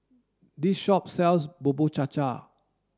this shop sells Bubur Cha Cha